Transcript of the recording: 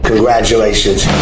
Congratulations